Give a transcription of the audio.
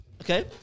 Okay